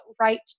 right